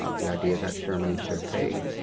ah the idea that germany should pay,